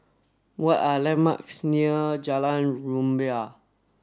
what are the landmarks near Jalan Rumbia